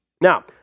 now